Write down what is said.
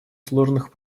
сложных